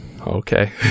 okay